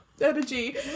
energy